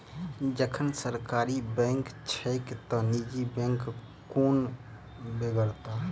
जखन सरकारी बैंक छैके त निजी बैंकक कोन बेगरता?